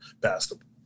basketball